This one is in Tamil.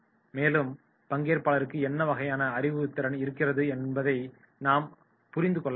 மேலும் ப பங்கேற்பாளருக்கு என்ன வகையான அறிவுத்திறன் இருக்கிறது என்பதை நாம் புரிந்து கொள்ள வேண்டும்